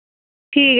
ठीक ऐ